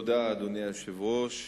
אדוני היושב-ראש,